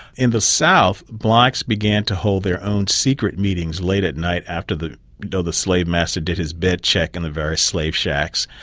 in the south, blacks began to hold their own secret meetings late at night after the you know the slave master did his bed check in the various slave shacks,